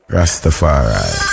Rastafari